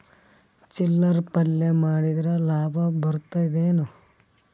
ಚಿಲ್ಲರ್ ಪಲ್ಯ ಮಾರಿದ್ರ ಲಾಭ ಬರತದ ಏನು?